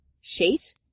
sheet